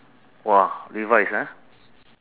!whoa! levi's ah